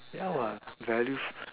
ya what value